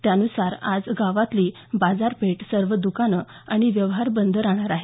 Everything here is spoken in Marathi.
त्यानुसार आज गावतली बाजारपेठ सर्व दुकानं आणि व्यवहार बंद राहणार आहेत